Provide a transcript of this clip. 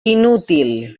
inútil